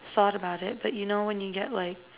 thought about it but you know when you get like